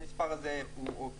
המספר הזה משתפר.